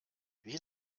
wie